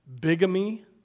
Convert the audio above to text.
bigamy